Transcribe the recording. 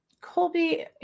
Colby